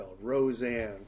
Roseanne